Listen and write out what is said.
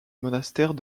monastère